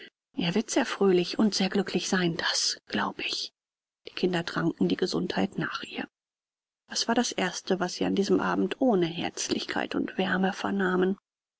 er wird sehr fröhlich und sehr glücklich sein das glaub ich die kinder tranken die gesundheit nach ihr es war das erste was sie an diesem abend ohne herzlichkeit und wärme vernahmen